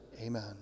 amen